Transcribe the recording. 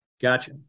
Gotcha